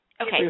Okay